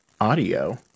audio